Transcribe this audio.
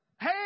Hey